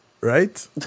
right